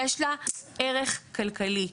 יש לה ערך כלכלי.